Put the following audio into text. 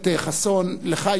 בקשת האופוזיציה לפני כשבוע.